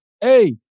hey